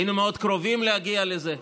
היינו מאוד קרובים להגיע לזה,